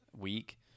week